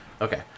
okay